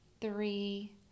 three